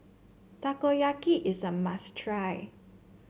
Takoyaki is a must try